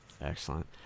Excellent